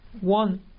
one